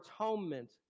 atonement